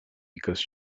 because